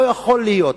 לא יכול להיות.